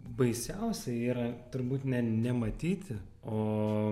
baisiausia yra turbūt ne nematyti o